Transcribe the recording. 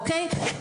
אוקיי.